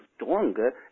stronger